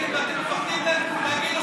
ואתם מפחדים להגיד לו שזה לא בסדר,